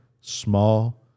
Small